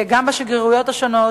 גם בשגרירויות השונות.